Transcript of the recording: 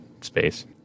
space